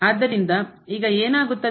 ಆದ್ದರಿಂದ ಈಗ ಏನಾಗುತ್ತದೆ ಏಕೆಂದರೆ